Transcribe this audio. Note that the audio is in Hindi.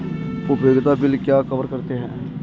उपयोगिता बिल क्या कवर करते हैं?